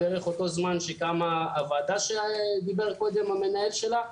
בערך אותו זמן שקמה הוועדה שדיבר קודם המנהל שלה,